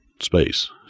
space